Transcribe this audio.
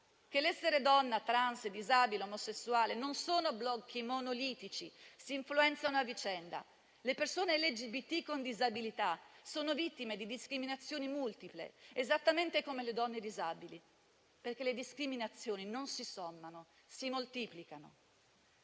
che l'essere donna, trans, disabile ed omosessuale non sono blocchi monolitici, ma si influenzano a vicenda: le persone LGBT con disabilità sono vittime di discriminazioni multiple, esattamente come le donne disabili, perché le discriminazioni non si sommano, ma si moltiplicano.